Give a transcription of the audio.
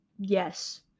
yes